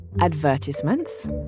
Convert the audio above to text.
Advertisements